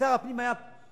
כששר הפנים היה פורז,